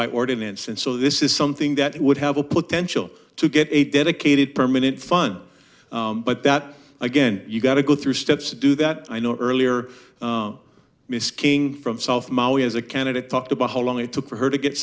by ordinance and so this is something that would have a potential to get a dedicated permanent fund but that again you've got to go through steps to do that i know earlier miss king from south maui as a candidate talked about how long it's for her to get